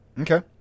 Okay